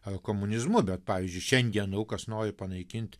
ar komunizmu bet pavyzdžiui šiandien daug kas nori panaikint